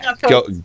go